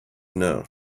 know